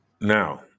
now